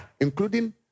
including